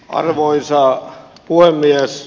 arvoisa puhemies